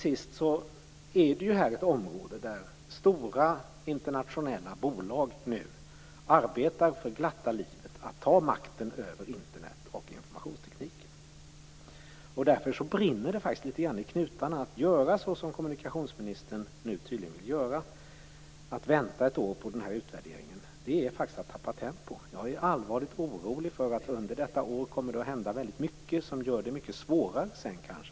Slutligen: Det här är ett område där stora internationella bolag nu för glatta livet arbetar på att ta makten över Internet och informationstekniken. Därför brinner det faktiskt litet grand i knutarna när det gäller att göra så som kommunikationsministern nu tydligen vill. Att vänta ett år på utvärderingen är faktiskt att tappa tempo. Jag är allvarligt orolig för att det under detta år kommer att hända mycket som sedan kanske gör det mycket svårare att gå in.